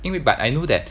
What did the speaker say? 因为 but I know that